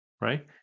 right